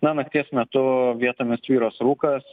na nakties metu vietomis tvyros rūkas